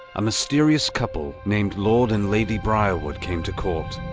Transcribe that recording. a mysterious couple named lord and lady briarwood came to court.